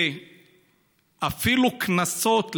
ואפילו קנסות לשלם,